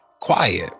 quiet